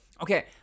okay